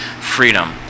freedom